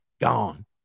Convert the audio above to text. gone